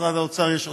במשרד האוצר יש עודפים.